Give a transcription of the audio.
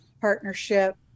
partnership